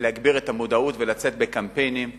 להגביר את המודעות ולצאת בקמפיינים להורים,